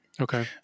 Okay